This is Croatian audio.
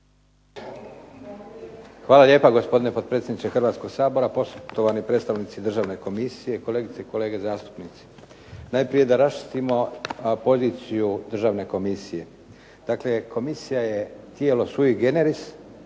Hvala lijepa. Gospodine potpredsjedniče Hrvatskog sabora. Poštovani predstavnici državne komisije, kolegice i kolege zastupnici. Najprije da raščistimo poziciju državne komisije. Dakle, komisija je tijelo sui generis